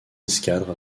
escadre